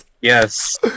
Yes